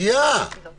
רגע, רגע, רגע.